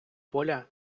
поля